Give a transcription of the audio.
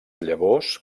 llavors